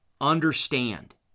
understand